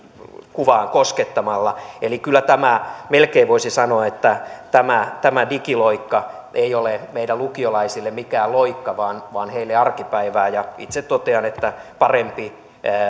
kuvaa koskettamalla kyllä melkein voisi sanoa että tämä tämä digiloikka ei ole meidän lukiolaisille mikään loikka vaan vaan arkipäivää ja itse totean että parempi